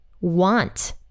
want